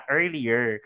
earlier